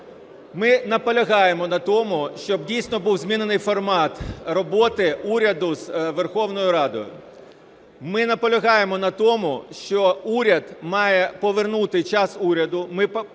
Ми наполягаємо на тому, щоб дійсно був змінений формат роботи уряду з Верховною Радою. Ми наполягаємо на тому, що уряд має повернути "час уряду"